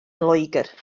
loegr